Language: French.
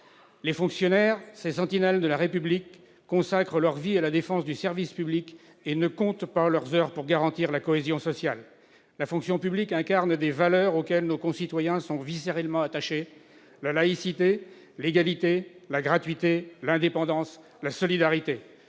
Les fonctionnaires, ces sentinelles de la République, consacrent leur vie à la défense du service public et ne comptent pas leurs heures pour garantir la cohésion sociale. La fonction publique incarne des valeurs auxquelles nos concitoyens sont viscéralement attachés : la laïcité, l'égalité, la gratuité, l'indépendance, la solidarité.